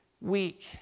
week